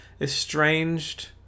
estranged